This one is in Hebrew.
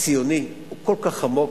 הציוני הוא כל כך עמוק,